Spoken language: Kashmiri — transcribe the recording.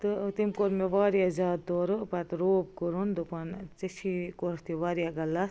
تہٕ تٔمۍ کوٚر مےٚ واریاہ زیادٕ تورٕ پتہٕ روب کوٚرُن دوٚپُن ژےٚ چھے کوٚرُتھ یہِ واریاہ غلط